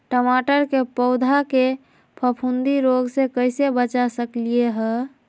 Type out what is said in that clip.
टमाटर के पौधा के फफूंदी रोग से कैसे बचा सकलियै ह?